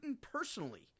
personally